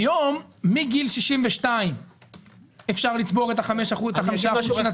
היום מגיל 62 אפשר לצבור את חמשת האחוזים.